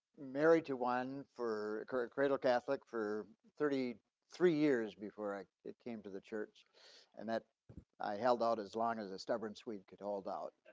married to one for current cradle catholic for thirty three years before i came to the church and that i held out as long as a stubborn sweet could hold out.